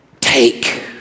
take